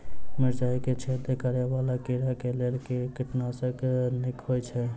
मिर्चाय मे छेद करै वला कीड़ा कऽ लेल केँ कीटनाशक नीक होइ छै?